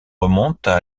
remontent